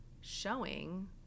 showing